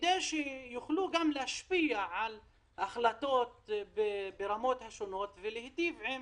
הוא כדי שהם יוכלו להשפיע על החלטות ברמות השונות ולהיטיב עם